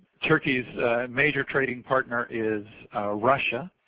turkeyis major trading partner is russia.